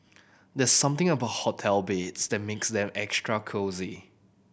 there's something about hotel beds that makes them extra cosy